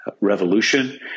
revolution